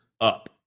up